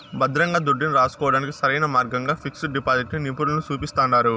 భద్రంగా దుడ్డుని రాసుకోడానికి సరైన మార్గంగా పిక్సు డిపాజిటిని నిపునులు సూపిస్తండారు